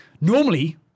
Normally